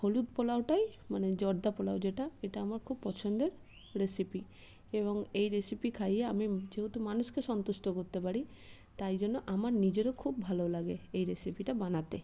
হলুদ পোলাওটাই মানে জর্দা পোলাও যেটা এটা আমার খুব পছন্দের রেসিপি এবং এই রেসিপি খাইয়ে আমি যেহেতু মানুষকে সন্তুষ্ট করতে পারি তাই জন্য আমার নিজেরও খুব ভাল লাগে এই রেসিপিটা বানাতে